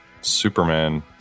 Superman